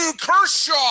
Kershaw